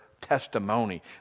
testimony